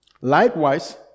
Likewise